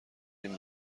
این